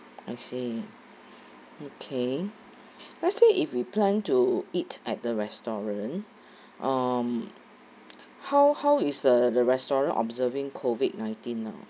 I see okay let's say if we plan to eat at the restaurant um how how is the restaurant observing COVID nineteen now